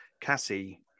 Cassie